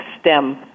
STEM